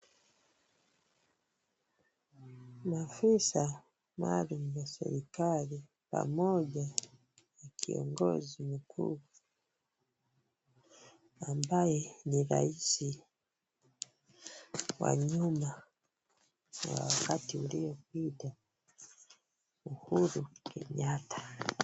Maafisa maalum wa serikali pamoja na kiongozi mkuu ambaye ni Rais wa nyuma; wa wakati uliopita, Uhuru Kenyatta.